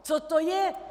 Co to je?!